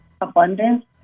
Abundance